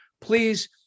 Please